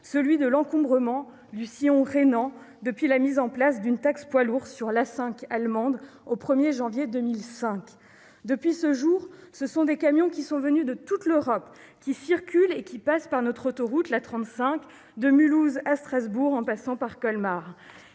celui de l'encombrement du sillon rhénan depuis la mise en place d'une taxe poids lourds sur l'A5 allemande au 1 janvier 2005. Depuis ce jour, des camions venus de toute l'Europe circulent sur l'autoroute A35, de Mulhouse à Strasbourg en passant par Colmar.